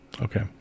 Okay